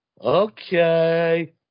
Okay